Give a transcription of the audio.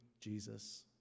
Jesus